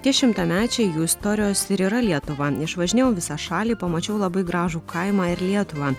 tie šimtamečiai jų istorijos ir yra lietuva išvažinėjau visą šalį pamačiau labai gražų kaimą ir lietuvą